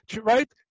right